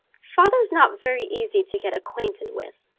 father's not very easy to get acquainted with,